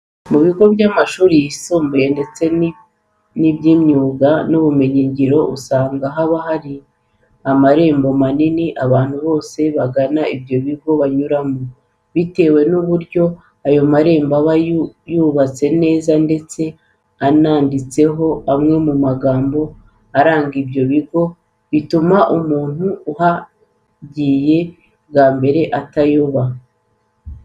Mu bigo by'amashuri yisumbuye ndetse n'iby'imyuga n'ubumenyingiro usanga haba hari amarembo manini abantu bose bagana ibyo bigo banyuramo. Bitewe n'uburyo ayo marembo aba yubatse neza ndetse ananditseho amwe mu magambo aranga ibyo bigo, bituma umuntu uhagiye bwa mbere atayoba.